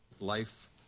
life